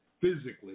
physically